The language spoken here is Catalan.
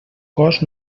cos